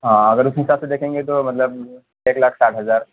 ہاں اگر اس حساب سے دیکھیں گے تو مطلب ایک لاکھ ساٹھ ہزار